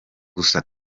gusa